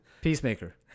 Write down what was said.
Peacemaker